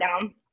down